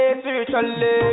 spiritually